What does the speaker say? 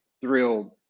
thrilled